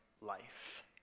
life